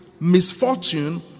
misfortune